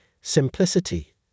simplicity